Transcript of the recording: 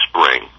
spring